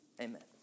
Amen